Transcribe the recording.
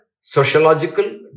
sociological